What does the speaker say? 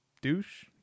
Douche